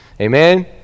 Amen